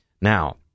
Now